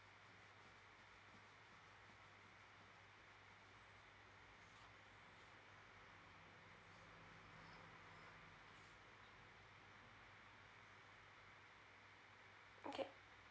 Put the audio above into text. okay